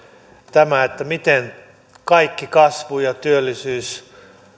tämä miten kaikki kasvu ja työllisyys